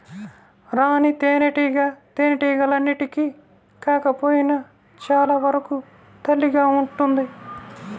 రాణి తేనెటీగ తేనెటీగలన్నింటికి కాకపోయినా చాలా వరకు తల్లిగా ఉంటుంది